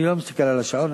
אני לא מסתכל על השעון,